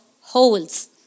holes